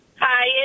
Hi